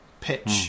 pitch